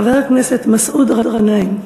חבר הכנסת מסעוד גנאים.